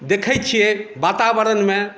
देखै छियै वातावरणमे